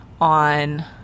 on